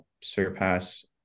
surpass